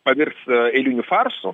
pavirs eiliniu farsu